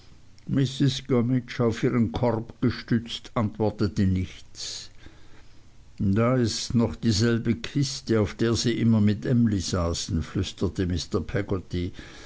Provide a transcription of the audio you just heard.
auf ihren korb gestützt antwortete nichts da ist noch dieselbe kiste auf der sie immer mit emly saßen flüsterte mr peggotty